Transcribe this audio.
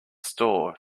store